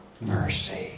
mercy